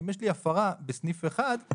אם יש לי הפרה בסניף אחד,